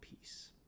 peace